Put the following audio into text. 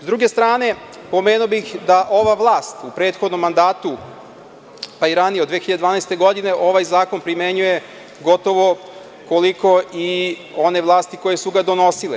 S druge strane, pomenuo bih da ova vlast u prethodnom mandatu, pa i ranije od 2012. godine, ovaj zakon primenjuje gotovo koliko i one vlasti koje su ga donosile.